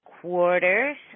quarters